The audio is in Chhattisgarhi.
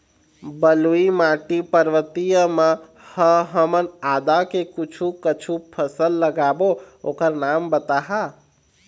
बलुई माटी पर्वतीय म ह हमन आदा के कुछू कछु फसल लगाबो ओकर नाम बताहा?